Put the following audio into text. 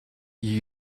you